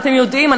ואתם יודעים,